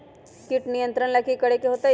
किट नियंत्रण ला कि करे के होतइ?